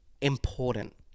important